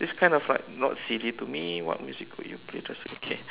this kind of like not silly to me what music could you play just don't care